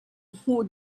hmuh